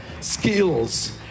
skills